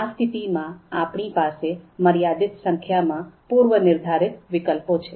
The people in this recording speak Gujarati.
આ સ્થિતિમાં આપણી પાસે મર્યાદિત સંખ્યામાં પૂર્વનિર્ધારિત વિકલ્પો છે